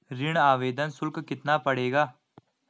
ऋण आवेदन शुल्क कितना पड़ेगा?